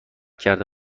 کرده